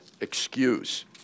excuse